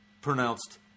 pronounced